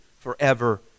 Forever